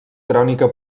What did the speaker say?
crònica